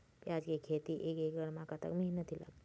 प्याज के खेती एक एकड़ म कतक मेहनती लागथे?